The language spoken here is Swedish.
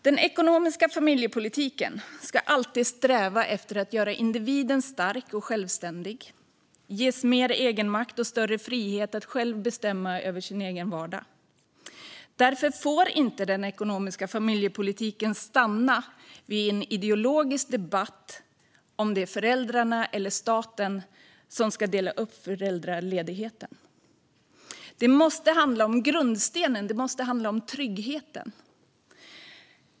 Den ekonomiska familjepolitiken ska alltid sträva efter att göra individen stark och självständig och att ge individen mer egenmakt och större frihet att själv besluta om sin egen vardag. Därför får inte den ekonomiska familjepolitiken stanna vid en ideologisk debatt rörande om det är föräldrarna eller staten som ska dela upp föräldraledigheten. Det måste handla om grundstenen; det måste handla om tryggheten.